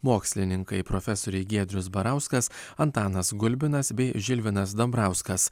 mokslininkai profesoriai giedrius barauskas antanas gulbinas bei žilvinas dambrauskas